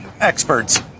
experts